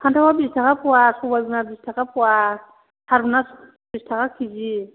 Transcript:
फान्थावआ बिस थाखा फ'वा साबाय बिमा बिस थाखा फ'वा थारुना ट्रिस थाखा किजि